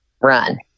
run